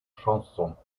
chansons